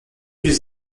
des